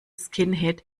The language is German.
skinhead